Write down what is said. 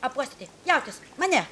apuostyti jautis mane